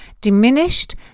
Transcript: diminished